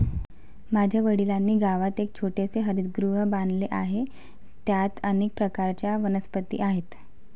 माझ्या वडिलांनी गावात एक छोटेसे हरितगृह बांधले आहे, त्यात अनेक प्रकारच्या वनस्पती आहेत